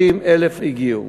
450,000 הגיעו.